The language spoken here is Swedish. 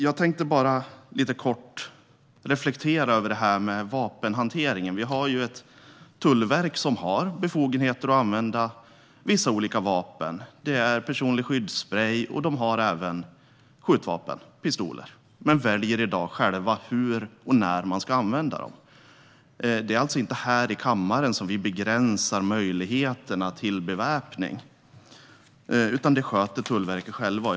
Jag tänkte reflektera lite kort över vapenhantering. Vi har ett tullverk som har befogenheter att använda vissa olika vapen. De har personlig skyddssprej och även skjutvapen - pistoler - men väljer i dag själva hur och när dessa ska användas. Det är alltså inte här i kammaren som vi begränsar möjligheterna till beväpning, utan det sköter de själva på Tullverket.